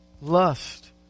lust